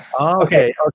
okay